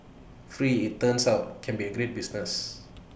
free IT turns out can be A great business